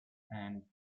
and